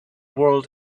world